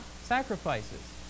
sacrifices